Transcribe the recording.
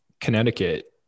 Connecticut